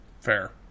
Fair